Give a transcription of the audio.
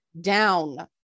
down